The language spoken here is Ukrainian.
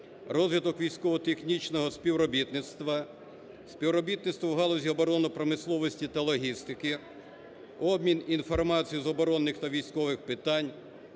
розвиток військово-технічного співробітництва, співробітництва в галузі оборонної промисловості та логістики, обмін інформацією з оборонних та військових питань,